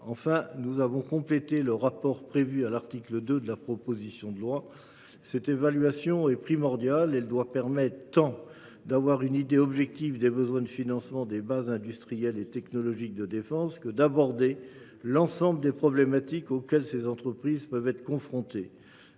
Enfin, nous avons complété le rapport prévu à l’article 2 de la proposition de loi. Cette évaluation est primordiale. Elle doit permettre tant d’avoir une idée objective des besoins de financement des entreprises de la base industrielle et technologique de défense que d’aborder l’ensemble des problématiques auxquelles ces entreprises peuvent être confrontées.